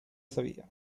sabía